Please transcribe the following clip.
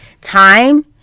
time